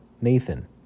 Nathan